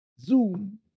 Zoom